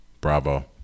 Bravo